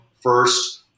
first